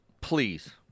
Please